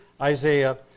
Isaiah